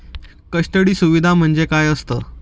Custody सुविधा म्हणजे काय असतं?